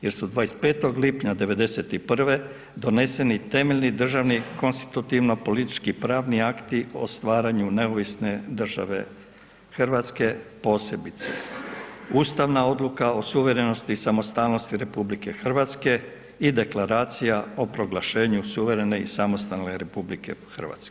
Jer su 25. lipnja '91. doneseni temeljni državni konstitutivno politički pravni akti o stvaranju neovisne države Hrvatske posebice ustavna odluka o suverenosti i samostalnosti RH i deklaracija o proglašenju suvremene i samostalne RH.